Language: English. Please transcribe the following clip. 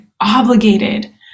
obligated